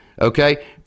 Okay